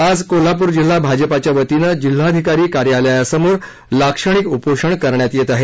आज कोल्हापूर जिल्हा भाजपाच्या वतीनं जिल्हाधिकारी कार्यालयासमोर लाक्षणिक उपोषण करण्यात येत आहे